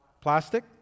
Plastic